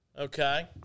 okay